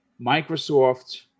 Microsoft